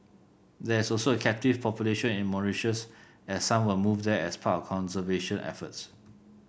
there is also a captive population in Mauritius as some were moved there as part of conservation efforts